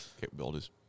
capabilities